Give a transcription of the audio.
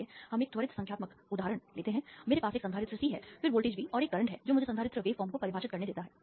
आइए हम एक त्वरित संख्यात्मक उदाहरण लेते हैं मेरे पास एक संधारित्र C है फिर वोल्टेज V और एक करंट है जो मुझे संधारित्र वेव फॉर्म को परिभाषित करने देता है